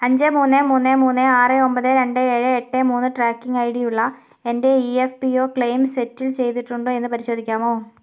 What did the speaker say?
അഞ്ച് മൂന്ന് മൂന്ന് മൂന്ന് ആറ് ഒമ്പത് രണ്ട് ഏഴ് എട്ട് മൂന്ന് ട്രാക്കിംഗ് ഐഡിയുള്ള എൻ്റെ E FP O claim settle ചെയ്തിട്ടുണ്ടോ എന്ന് പരിശോധിക്കാമോ